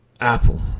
Apple